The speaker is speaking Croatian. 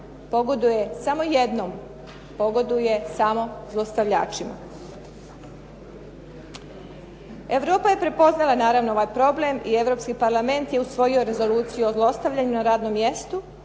pogoduje samo jednom, pogoduje samo zlostavljačima. Europa je prepoznala naravno ovaj problem i Europski parlament je usvojio Rezoluciju o zlostavljanju na radnom mjestu